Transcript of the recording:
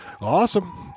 Awesome